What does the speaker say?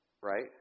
right